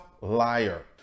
liar